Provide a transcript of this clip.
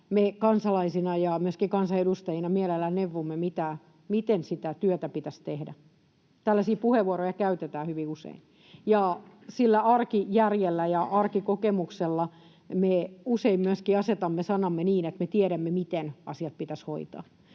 me kansalaisina ja myöskin kansanedustajina mielellämme neuvomme, miten sitä työtä pitäisi tehdä. Tällaisia puheenvuoroja käytetään hyvin usein. Arkijärjellä ja arkikokemuksella me usein myöskin asetamme sanamme niin, että me tiedämme, miten asiat pitäisi hoitaa.